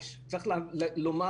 יש לנו אפשרות,